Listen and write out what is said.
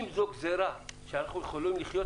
אם זו גזירה שאנחנו יכולים לחיות,